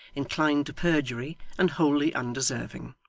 inclined to perjury, and wholly undeserving.